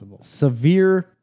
severe